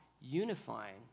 unifying